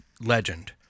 legend